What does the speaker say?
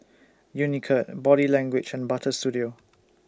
Unicurd Body Language and Butter Studio